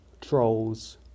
trolls